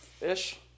ish